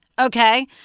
Okay